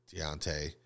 Deontay